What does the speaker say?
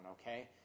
okay